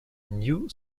new